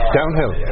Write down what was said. downhill